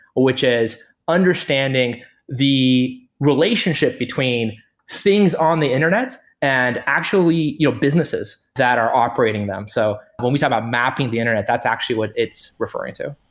which is understanding the relationship between things on the internet and actually you know businesses that are operating them. so when we talk about mapping the internet, that's actually what it's referring to